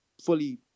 fully